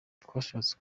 twashatse